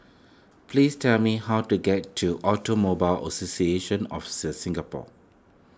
please tell me how to get to Automobile Association of the Singapore